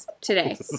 today